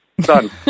done